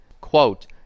quote